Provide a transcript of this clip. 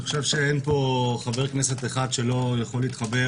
אני חושב שאין פה חבר כנסת אחד שלא יכול להתחבר